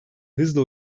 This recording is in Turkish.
hızla